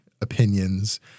opinions